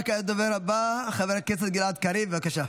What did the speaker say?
וכעת הדובר הבא, חבר הכנסת גלעד קריב, בבקשה.